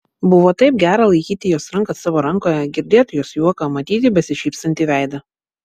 buvo taip gera laikyti jos ranką savo rankoje girdėt jos juoką matyti besišypsantį veidą